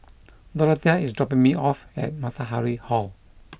Dorathea is dropping me off at Matahari Hall